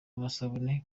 amasabune